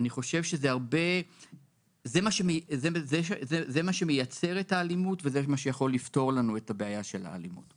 זה מה שמייצר את האלימות וזה מה שיכול לפתור לנו את הבעיה של האלימות.